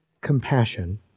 compassion